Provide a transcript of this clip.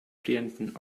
frierenden